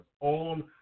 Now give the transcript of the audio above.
On